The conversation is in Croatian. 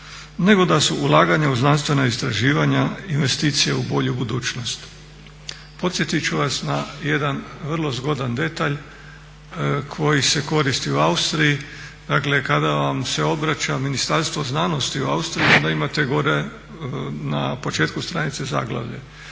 nego da su ulaganja u znanstvena istraživanja investicije u bolju budućnost. Podsjetit ću vas na jedan vrlo zgodan detalj koji se koristi u Austriji, dakle kada vam se obraća Ministarstvo znanosti u Austriji onda imate gore na početku stranice zaglavlje.